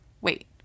wait